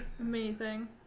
amazing